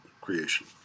creation